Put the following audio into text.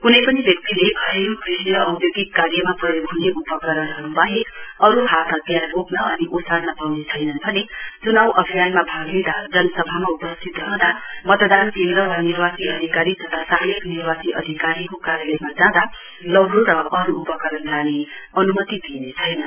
क्नै पनि व्यक्तिले घरेल् क्रषि र औद्योगिक कार्यमा प्रयोग हुने उपकरणहरूवाहेक अरू हात हतियार वोक्न अनि ओसार्न पाउने छैन्न् भने चुनाउ अभियानमा भाग लिदाँ जनसभामा उपस्थित रहँदा मतदान केन्द्र वा निर्वाची अधिकारी तथा सहायक निर्वाची अधिकारीको कार्यालयमा जाँदा लौरो र अरू उपकरण लान्ने अनुमति दिइने छैन